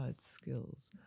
skills